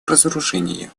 разоружения